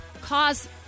cause